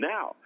Now